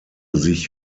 sich